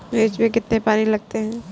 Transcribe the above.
मिर्च में कितने पानी लगते हैं?